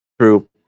True